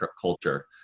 culture